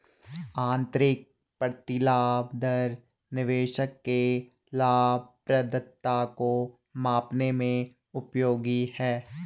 आंतरिक प्रतिलाभ दर निवेशक के लाभप्रदता को मापने में उपयोगी है